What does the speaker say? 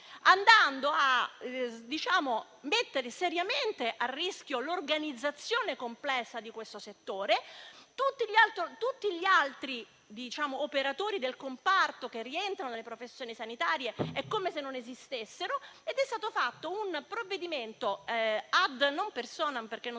fosse, mettendo seriamente a rischio l'organizzazione complessa di questo settore. Tutti gli altri operatori del comparto, che rientrano nelle professioni sanitarie, è come se non esistessero ed è stato fatto un provvedimento, che in questo caso non